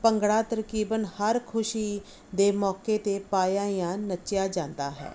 ਭੰਗੜਾ ਤਕਰੀਬਨ ਹਰ ਖੁਸ਼ੀ ਦੇ ਮੌਕੇ 'ਤੇ ਪਾਇਆ ਜਾਂ ਨੱਚਿਆ ਜਾਂਦਾ ਹੈ